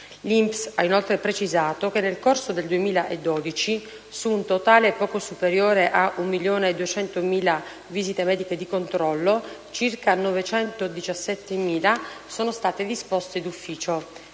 L'INPS ha inoltre precisato che, nel corso del 2012, su un totale poco superiore ad 1.200.000 visite mediche di controllo, circa 917.000 sono state disposte d'ufficio,